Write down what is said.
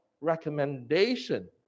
recommendation